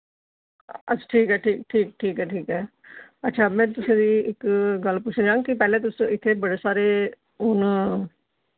अच्छा ठीक ऐ ठीक ऐ ठीक ठीक ऐ ठीक ऐ अच्छा में तुसें गी इक गल्ल पुछना चाहंग कि पैह्ले तुस इत्थे बड़े सारे हुन